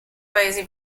paesi